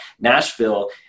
Nashville